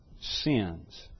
sins